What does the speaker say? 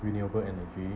renewable energy